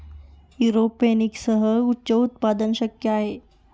एरोपोनिक्ससह उच्च उत्पादन शक्य आहे